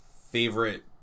favorite